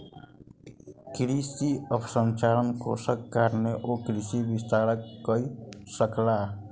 कृषि अवसंरचना कोषक कारणेँ ओ कृषि विस्तार कअ सकला